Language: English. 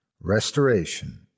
Restoration